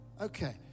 Okay